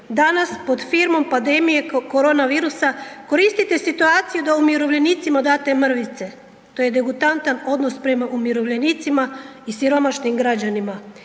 Danas pod firmom pandemije koronavirusa koristite situaciju da umirovljenicima date mrvice, to je degutantan odnos prema umirovljenicima i siromašnim građanima.